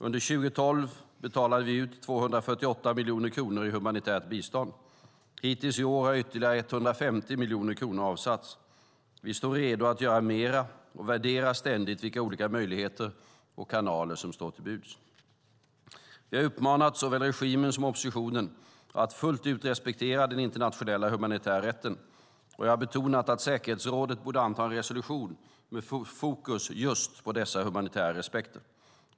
Under 2012 betalade vi ut 248 miljoner kronor i humanitärt bistånd. Hittills i år har ytterligare 150 miljoner kronor avsatts. Vi står redo att göra mer och värderar ständigt vilka olika möjligheter och kanaler som står till buds. Vi har uppmanat såväl regimen som oppositionen att fullt ut respektera den internationella humanitära rätten, och jag har betonat att säkerhetsrådet borde anta en resolution med fokus just på dessa humanitära aspekter.